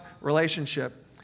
relationship